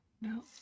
No